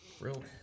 Real